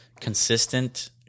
consistent